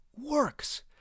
works